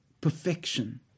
perfection